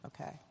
Okay